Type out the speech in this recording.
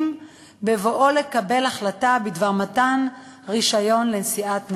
בבואו לקבל החלטה בדבר מתן רישיון לנשיאת נשק.